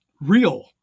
real